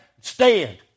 stand